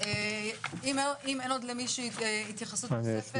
אם אין עוד למישהו התייחסות נוספת